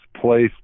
place